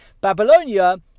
Babylonia